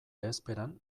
bezperan